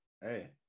hey